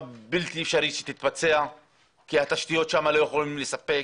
ובלתי אפשרי שתתבצע שם בנייה רוויה כי התשתיות שם לא יכולות לספק.